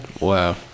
Wow